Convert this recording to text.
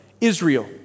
Israel